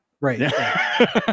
Right